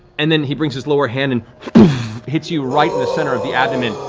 and then he brings his lower hand and hits you right in the center of the abdomen,